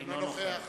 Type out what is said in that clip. אינו נוכח